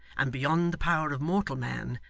and beyond the power of mortal man,